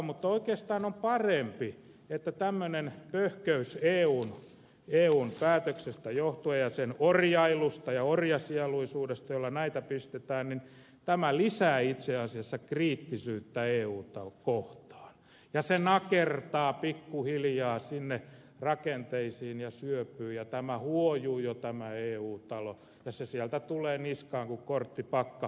mutta oikeastaan on parempi että tämmöinen pöhköys eun päätöksestä johtuen ja sen orjailusta ja orjasieluisuudesta jolla näitä pistetään voimaan lisää itse asiassa kriittisyyttä euta kohtaan ja se nakertaa pikku hiljaa sinne rakenteisiin ja syöpyy ja huojuu jo tämä eu talo ja se sieltä tulee niskaan kuin korttipakka